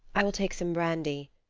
i will take some brandy,